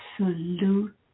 absolute